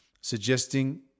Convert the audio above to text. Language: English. suggesting